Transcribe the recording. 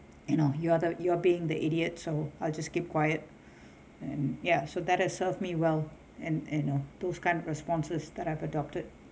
you know you are the you are being the idiot so I'll just keep quiet and ya so that it serve me well and you know those kind responses that I've adopted